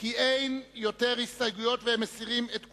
כי אין עוד הסתייגויות והם מסירים את כולן.